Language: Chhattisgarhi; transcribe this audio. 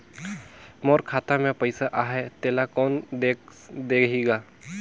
मोर खाता मे पइसा आहाय तेला कोन देख देही गा?